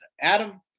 Adam